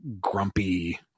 grumpy